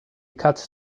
cuts